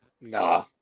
Nah